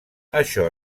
això